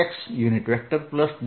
VE